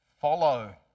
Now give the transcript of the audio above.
follow